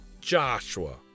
Joshua